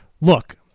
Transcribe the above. look